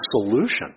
solution